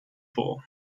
fall